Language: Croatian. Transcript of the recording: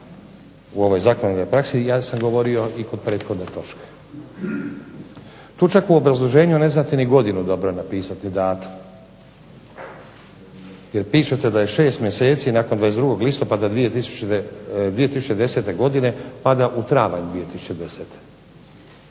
u ovoj zakonodavnoj praksi ja sam govorio i kod prethodne točke. Tu čak u obrazloženju ne znate ni godinu dobro napisati, datum. Jer pišete da je šest mjeseci nakon 22. listopada 2010. godine pada u travanj 2010.